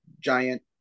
giant